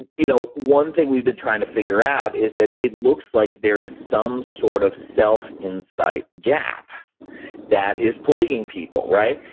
you know, one thing we've been trying to figure out is that it looks like there is some sort of self insight gap that is plaguing people, right?